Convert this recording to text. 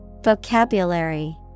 Vocabulary